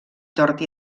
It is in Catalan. tort